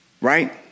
Right